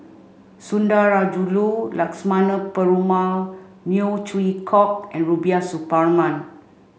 Sundarajulu Lakshmana Perumal Neo Chwee Kok and Rubiah Suparman